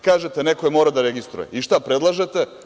Kažete - neko je morao da registruje, i šta predlažete?